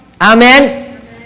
Amen